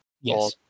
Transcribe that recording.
Yes